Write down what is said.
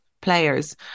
players